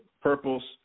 purples